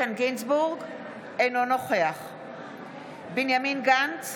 אינו נוכח בנימין גנץ,